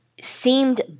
seemed